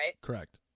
Correct